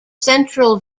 central